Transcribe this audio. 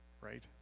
right